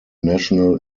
national